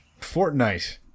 Fortnite